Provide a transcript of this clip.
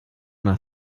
nach